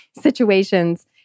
situations